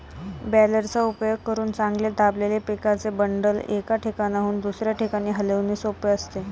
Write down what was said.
बॅलरचा उपयोग करून चांगले दाबलेले पिकाचे बंडल, एका ठिकाणाहून दुसऱ्या ठिकाणी हलविणे सोपे असते